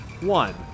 One